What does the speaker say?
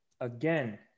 again